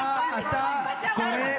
אדוני